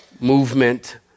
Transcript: movement